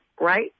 right